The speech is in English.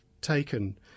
taken